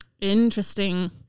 interesting